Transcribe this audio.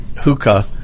hookah